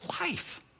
life